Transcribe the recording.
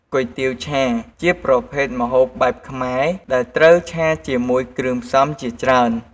គុយទាវឆា ជាប្រភេទម្ហូបបែបខ្មែរដែលត្រូវឆាជាមួយគ្រឿងផ្សំជាច្រើន។